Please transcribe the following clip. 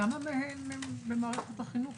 1,040 במערכת החינוך